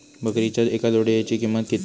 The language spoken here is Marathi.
बकरीच्या एका जोडयेची किंमत किती?